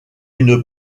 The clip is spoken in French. une